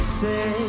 say